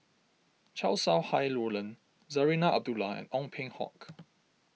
Chow Sau Hai Roland Zarinah Abdullah and Ong Peng Hock